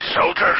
soldier